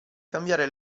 cambiare